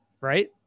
right